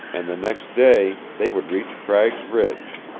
and the next day they would reach cragg's ridge!